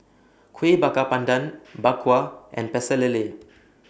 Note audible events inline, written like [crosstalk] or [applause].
Kuih Bakar Pandan [noise] Bak Kwa and Pecel Lele